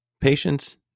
Patience